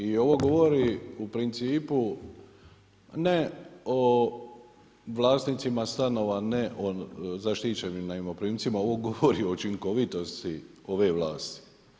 I ovo govori u principu ne o vlasnicima stanova, ne o zaštićenim najmoprimcima, ovo govori o učinkovitosti ove vlasti.